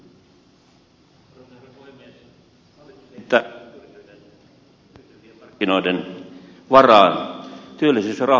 hallitus heittää työllisyyden hyytyvien markkinoiden varaan